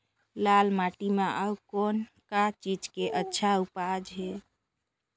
लाल माटी म अउ कौन का चीज के अच्छा उपज है?